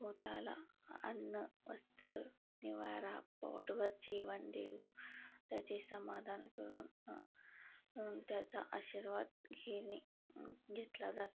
व त्याला अन्न वस्त्र निवारा पोटभर जेवण देऊ त्याचे समाधान करून त्याचा आशिर्वाद घेणे घेतला जातो